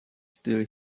still